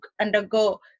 undergo